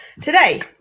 today